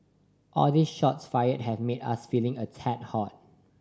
all these shots fired have made us feeling a tad hot